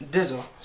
Dizzle